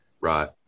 Right